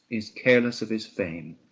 is careless of his fame,